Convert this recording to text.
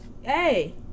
Hey